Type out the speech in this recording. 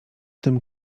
tym